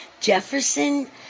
Jefferson